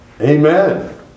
Amen